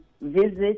visit